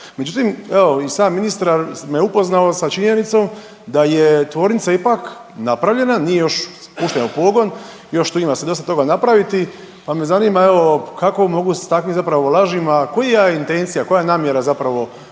Međutim, evo i sam ministar me upoznao sa činjenicom da je tvornica ipak napravljena, nije još puštena u pogon, još tu ima se dosta toga napraviti pa me zanima evo kako mogu stati zapravo lažima, koja je intencija, koja je namjera zapravo kolega